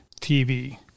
TV